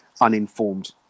uninformed